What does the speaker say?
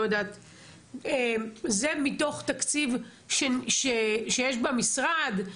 זה מתוך תקציב שיש במשרד?